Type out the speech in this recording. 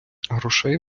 грошей